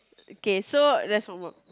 okay so let's move on